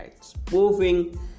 Spoofing